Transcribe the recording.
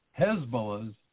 Hezbollah's